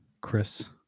Chris